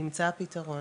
נמצא פתרון,